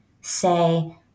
say